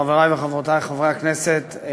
חברי וחברותי חברי הכנסת,